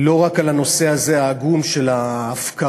לא רק על הנושא הזה, העגום, של ההפקרה